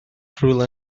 rhywle